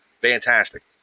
Fantastic